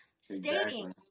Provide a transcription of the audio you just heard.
stating